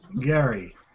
Gary